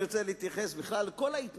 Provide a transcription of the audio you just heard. אני רוצה להתייחס לכל ההתנהלות,